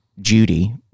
Judy